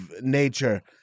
nature